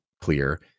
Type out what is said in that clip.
clear